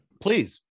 Please